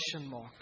mark